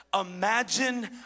imagine